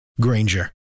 Granger